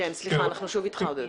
סליחה, אנחנו שוב איתך עודד.